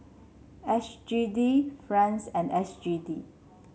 S G D franc and S G D